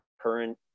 current